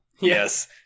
Yes